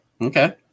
Okay